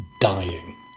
dying